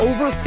Over